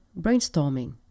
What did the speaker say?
brainstorming